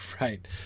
right